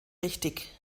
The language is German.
richtig